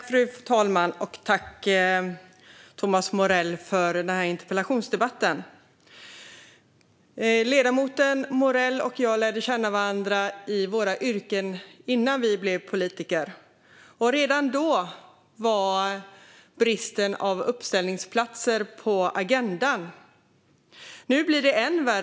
Fru talman! Tack, Thomas Morell, för interpellationsdebatten! Ledamoten Morell och jag lärde känna varandra i våra yrken innan vi blev politiker. Redan då var bristen på uppställningsplatser på agendan.